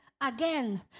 again